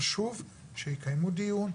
חשוב שיקיימו דיון,